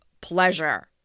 pleasure